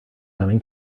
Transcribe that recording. coming